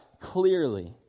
clearly